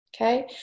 Okay